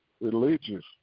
religious